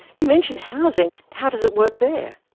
you mentioned housing, how does it work there?